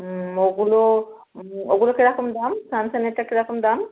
হুম ওগুলো ও ওগুলো কীরকম দাম স্যামসাংয়েরটা কীরকম দাম